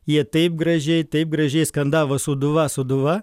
jie taip gražiai taip gražiai skandavo sūduva sūduva